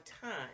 time